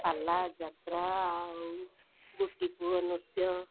ପାଲା ଯାତ୍ରା ଆଉ ଗୋଟିପୁଅ ନୃତ୍ୟ